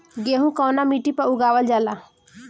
गेहूं कवना मिट्टी पर उगावल जाला?